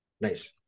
Nice